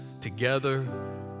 together